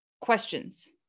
questions